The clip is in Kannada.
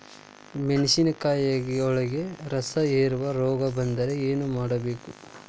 ಮೆಣಸಿನಕಾಯಿಗಳಿಗೆ ರಸಹೇರುವ ರೋಗ ಬಂದರೆ ಏನು ಮಾಡಬೇಕು?